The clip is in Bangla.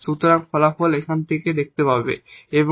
সুতরাং ফলাফল আমরা এখানে দেখতে পাবো